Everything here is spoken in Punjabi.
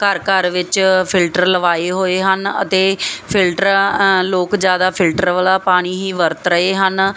ਘਰ ਘਰ ਵਿੱਚ ਫਿਲਟਰ ਲਵਾਏ ਹੋਏ ਹਨ ਅਤੇ ਫਿਲਟਰ ਲੋਕ ਜਿਆਦਾ ਫਿਲਟਰ ਵਾਲਾ ਪਾਣੀ ਹੀ ਵਰਤ ਰਹੇ ਹਨ